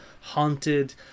haunted